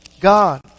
God